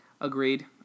agreed